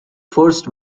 first